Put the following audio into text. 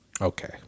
Okay